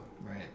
right